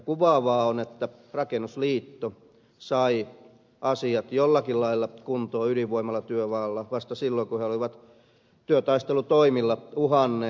kuvaavaa on että rakennusliitto sai asiat jollakin lailla kuntoon ydinvoimalatyömaalla vasta silloin kun he olivat työtaistelutoimilla uhanneet